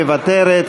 מוותרת,